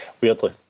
weirdly